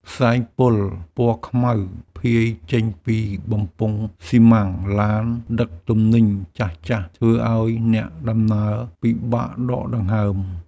ផ្សែងពុលពណ៌ខ្មៅភាយចេញពីបំពង់ស៊ីម៉ាំងឡានដឹកទំនិញចាស់ៗធ្វើឱ្យអ្នកដំណើរពិបាកដកដង្ហើម។